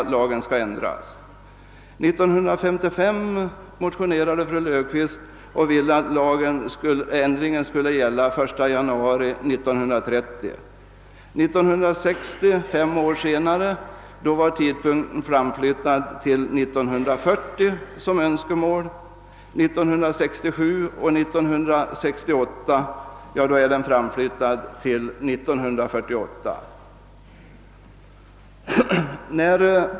1955 motionerade fru Löfqvist om en ändring fr.o.m. den 1 januari 1930. 1960 — fem år senare — var tidpunkten framflyttad till 1940, och 1967 och 1968 har den flyttats fram till 1948.